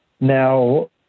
now